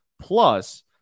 Plus